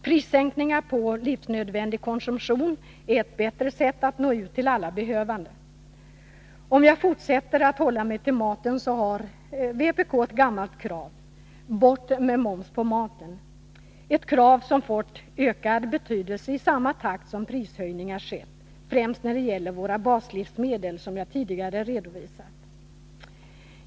Prissänkningar på livsnödvändig konsumtion är ett bättre sätt att nå ut till alla behövande. Om jag fortsätter att hålla mig till frågan om matpriserna, så har vpk ett gammalt krav: bort med moms på maten. Det är ett krav som fått ökad betydelse i samma takt som prishöjningar skett, främst när det gäller våra baslivsmedel, som jag tidigare redovisat.